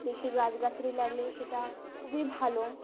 বেশি গাছগাছালি লাগালে সেটা খুবই ভালো